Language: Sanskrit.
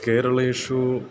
केरळेषु